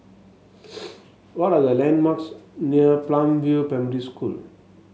what are the landmarks near Palm View Primary School